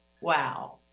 Wow